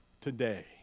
today